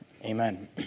Amen